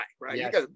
Right